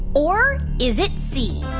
or is it c,